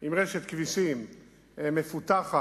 עם רשת כבישים מפותחת,